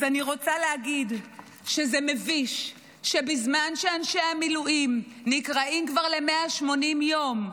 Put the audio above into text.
אז אני רוצה להגיד שזה מביש שבזמן שאנשי המילואים נקראים כבר ל-180 יום,